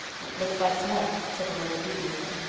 it looks like snow, said marilla dubiously.